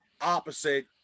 opposite